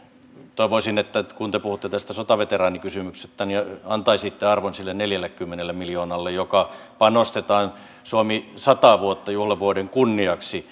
toivoisin että kun te puhutte tästä sotaveteraanikysymyksestä niin antaisitte arvon sille neljällekymmenelle miljoonalle joka panostetaan suomi sata vuotta juhlavuoden kunniaksi